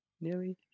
Nearly